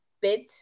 bit